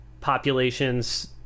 populations